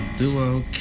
Duo